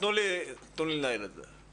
תנו לי לנהל את זה,